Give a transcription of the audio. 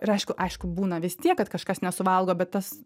ir aišku aišku būna vis tiek kad kažkas nesuvalgo bet tas